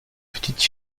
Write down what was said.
petites